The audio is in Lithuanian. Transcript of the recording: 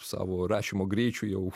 savo rašymo greičiu jau